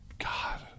God